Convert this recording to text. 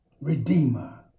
Redeemer